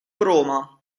roma